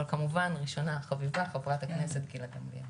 אבל כמובן ראשונה וחביבה חברת הכנסת גילה גמליאל.